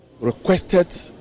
requested